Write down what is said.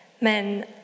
men